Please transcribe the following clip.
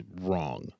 wrong